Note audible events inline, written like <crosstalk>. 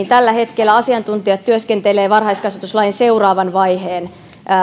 <unintelligible> tällä hetkellä asiantuntijat työskentelevät varhaiskasvatuslain seuraavan vaiheen